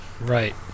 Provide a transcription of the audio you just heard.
Right